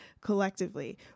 collectively